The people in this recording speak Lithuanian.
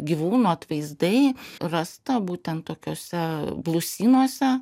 gyvūnų atvaizdai rasta būtent tokiose blusynuose